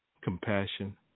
compassion